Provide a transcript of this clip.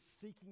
seeking